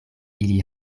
ili